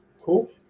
cool